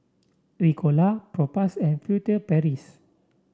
Ricola Propass and Furtere Paris